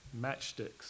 matchsticks